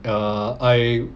err I